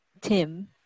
Tim